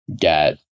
get